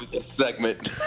segment